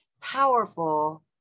powerful